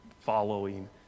following